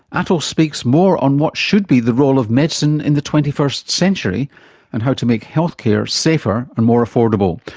atul speaks more on what should be the role of medicine in the twenty first century and how to make healthcare safer and more affordable.